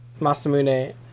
Masamune